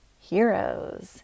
heroes